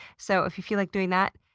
so if you feel like doing that,